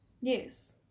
Yes